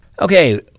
Okay